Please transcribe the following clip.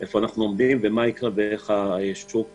איפה אנחנו עומדים ומה יקרה ואיך השוק מגיב,